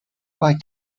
why